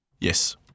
Yes